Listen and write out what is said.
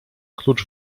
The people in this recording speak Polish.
klucz